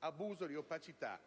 l'abuso di opacità.